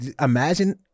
imagine